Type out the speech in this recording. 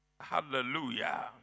hallelujah